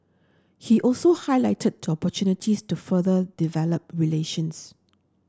he also highlighted opportunities to further develop relations